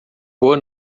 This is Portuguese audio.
boa